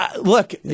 look